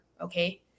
Okay